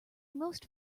most